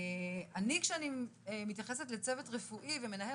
אני כשאני מתייחסת לצוות רפואי ומנהל